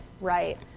right